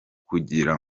kugira